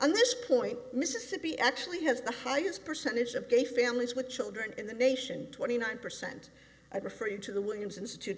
and this point mississippi actually has the highest percentage of gay families with children in the nation twenty nine percent i refer you to the williams institute